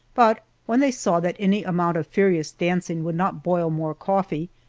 but when they saw that any amount of furious dancing would not boil more coffee,